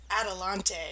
Adelante